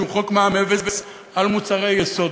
שהוא חוק מע"מ אפס על מוצרי יסוד,